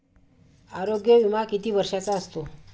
आरोग्य विमा किती वर्षांचा असतो?